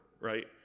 right